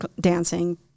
dancing